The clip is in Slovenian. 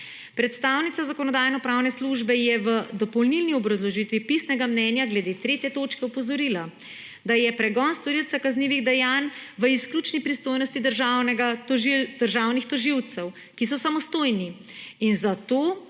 Predstavnica Zakonodajno-pravne službe je v dopolnilni obrazložitvi pisnega mnenja glede 3. točke opozorila, da je pregon storilca kaznivih dejanj v izključni pristojnost državnih tožilcev, ki so samostojni,